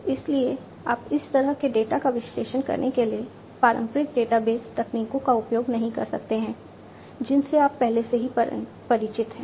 इसलिए आप इस तरह के डेटा का विश्लेषण करने के लिए पारंपरिक डेटाबेस तकनीकों का उपयोग नहीं कर सकते हैं जिनसे आप पहले से परिचित हैं